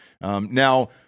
Now